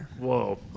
Whoa